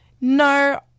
no